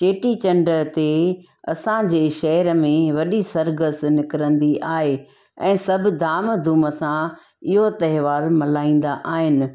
चेटी चंड ते असां जे शहर में वॾी सरगसु निकिरंदी आहे ऐं सभु धाम धूम सां इहो त्योहारु मल्हाईंदा आहिनि